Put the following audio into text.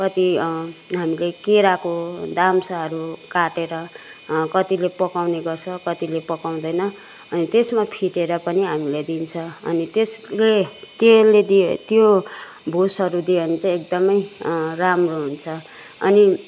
कति हामीले केराको दाम्चाहरू काटेर कतिले पकाउने गर्छ कतिले पकाउँदैन अनि त्यसमा फिटेर पनि हामीले दिन्छ अनि त्यसले त्यसले दिए त्यो भुसहरू दियो भने चाहिँ एकदमै राम्रो हुन्छ अनि